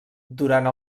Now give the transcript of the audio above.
durant